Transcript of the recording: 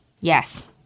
Yes